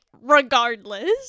regardless